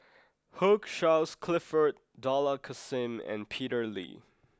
Hugh Charles Clifford Dollah Kassim and Peter Lee